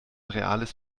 reales